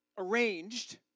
Arranged